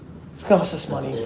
costs us money.